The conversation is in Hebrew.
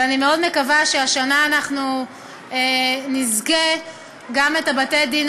ואני מאוד מקווה שהשנה אנחנו נזכה גם את בתי-הדין